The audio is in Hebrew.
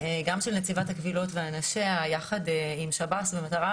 גם של נציבת הקבילות ואנשיה, יחד עם שב"ס במטרה